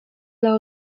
dla